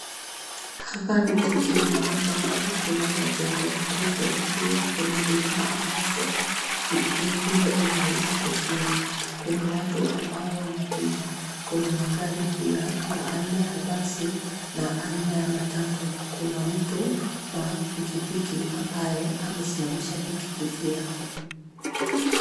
Hapa ni jijini ambapo kuna majengo makubwa pia kuna duka ambazo ingine inauza kofia. Kuna watu ambao wanapita, kuna magari pia ya aina ya basi na aina ya matatu. Kuna mtu wa pikipiki ambaye amesimamisha pikipiki yake.